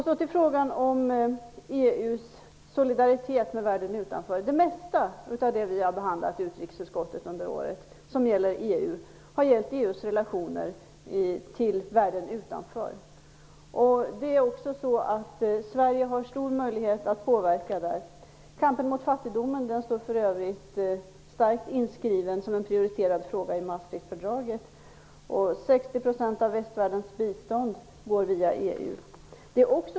Så till frågan om EU:s solidaritet med världen utanför. Det mesta av det vi har behandlat i utrikesutskottet under året som gäller EU har gällt EU:s relationer till världen utanför. Sverige har stora möjligheter att påverka där. Kampen mot fattigdomen finns för övrigt starkt inskriven som en prioriterad fråga i Maastrichtfördraget. 60 % av västvärldens bistånd går via EU.